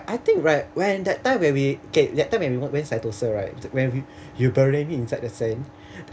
I think right when that time where we okay that time when we went sentosa right when you bury me inside the sand